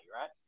right